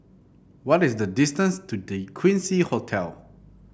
what is the distance to The Quincy Hotel